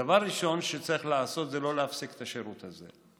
דבר ראשון שצריך לעשות זה לא להפסיק את השירות הזה.